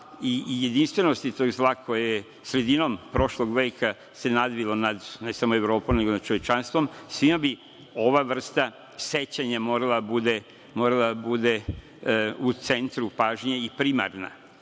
i jedinstvenosti tog zla, koje je sredinom prošlog veka se nadvilo, ne samo nad Evropom nego nad čovečanstvom, svima bi ova vrsta sećanja morala da bude u centru pažnje i primarna. Nažalost,